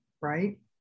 right